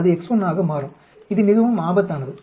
அது x1 ஆக மாறும் இது மிகவும் ஆபத்தானது